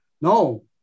no